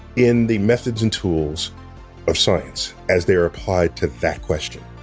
in the methods and tools of science as they are applied to that question,